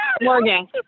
Morgan